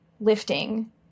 lifting